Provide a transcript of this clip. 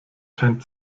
kein